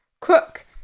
Crook